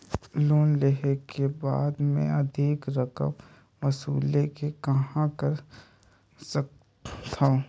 Loan लेहे के बाद मे अधिक रकम वसूले के कहां कर सकथव?